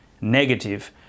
Negative